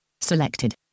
Selected